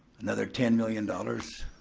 another ten million dollars